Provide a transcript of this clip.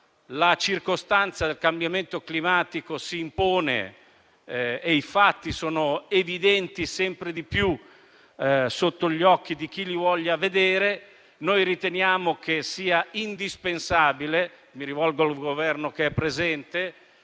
gravemente. Il cambiamento climatico si impone e i fatti sono evidenti e sempre più sotto gli occhi di chi li vuole vedere. Riteniamo indispensabile - mi rivolgo al Governo che è presente